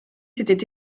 s’étaient